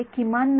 ते किमान नाही